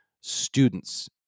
students